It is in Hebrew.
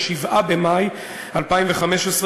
7 במאי 2015,